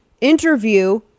interview